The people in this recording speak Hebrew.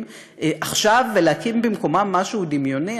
עכשיו ולהקים במקומם משהו דמיוני,